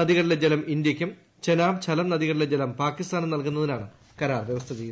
നദികളിലെ ജലം ഇന്തൃക്കും ചെനാബ് ഝലം നദികളിലെ ജലം പാകിസ്ഥാനും നൽകുന്നതിനാണ് കരാർ വ്യവസ്ഥ ചെയ്യുന്നത്